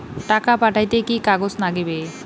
টাকা পাঠাইতে কি কাগজ নাগীবে?